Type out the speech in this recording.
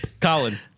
Colin